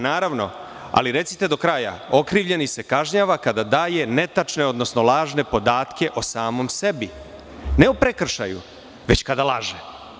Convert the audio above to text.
Naravno, ali recite do kraja – okrivljeni se kažnjava kada daje netačne, odnosno lažne podatke o samom sebi, ne o prekršaju, već kada laže.